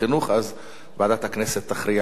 אז ועדת הכנסת תכריע בעניין.